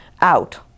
out